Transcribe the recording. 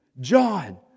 John